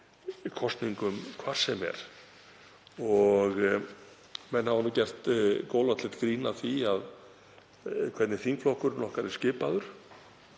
kosningum, hvar sem er. Menn hafa nú gert góðlátlegt grín að því að hvernig þingflokkur okkar er skipaður